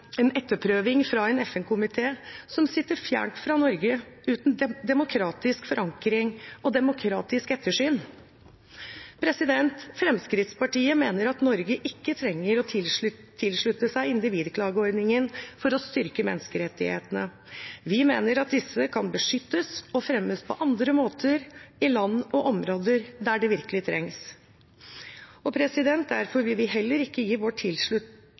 en etterprøving fra en FN-komité som sitter fjernt fra Norge, uten demokratisk forankring og demokratisk ettersyn? Fremskrittspartiet mener at Norge ikke trenger å tilslutte seg individklageordningene for å styrke menneskerettighetene. Vi mener at disse kan beskyttes og fremmes på andre måter, i land og områder der det virkelig trengs. Derfor vil vi heller ikke gi vår